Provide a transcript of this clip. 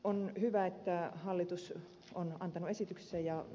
on hyvä että hallitus on antanut esityksensä